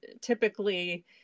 typically